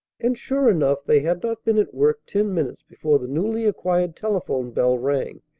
and, sure enough, they had not been at work ten minutes before the newly-acquired telephone bell rang,